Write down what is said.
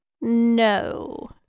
No